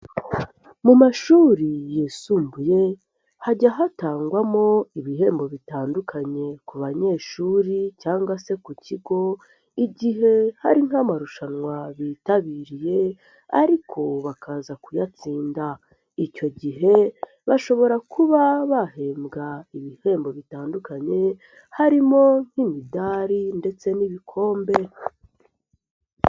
Mu mashuri yisumbuye hajya hatangwamo ibihembo bitandukanye ku banyeshuri cyangwa se ku kigo igihe hari nk'amarushanwa bitabiriye ariko bakaza kuyatsinda, icyo gihe bashobora kuba bahembwa ibihembo bitandukanye harimo nk'imidari ndetse n'ibikombe.